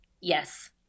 Yes